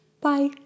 Bye